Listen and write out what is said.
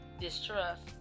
distrust